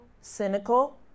Cynical